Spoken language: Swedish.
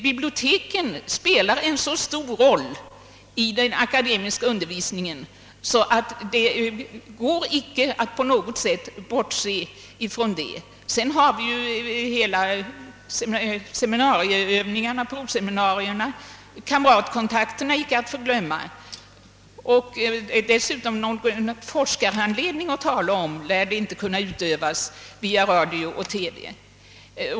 Biblioteken spelar en så stor roll i den akademiska undervisningen att det inte går att bortse från det. Sedan har vi seminarieövningarna, proseminarierna, kamratkontakter icke att förglömma vid universiteten. Dessutom lär inte någon forskarhandledning att tala om kunna utövas via radio och TV.